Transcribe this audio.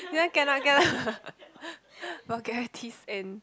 this one cannot cannot vulgarities and